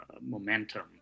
momentum